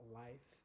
life